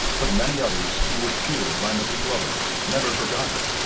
but many others who were cured by mrs. glover never forgot her.